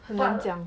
很难讲